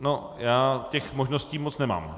No já těch možností moc nemám.